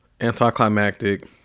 anticlimactic